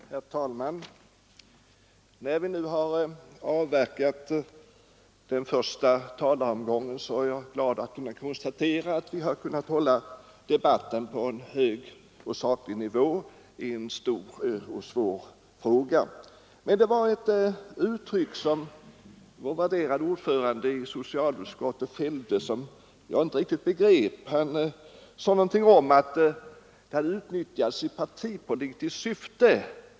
Herr talman! När vi nu har avverkat den första talaromgången är jag glad att kunna konstatera att debatten i denna stora och svåra fråga har hållits på en hög och saklig nivå. Men socialutskottets värderade ordförande använde ett uttryck som jag inte riktigt begrep. Han sade någonting om att denna sak utnyttjas i partipolitiskt syfte.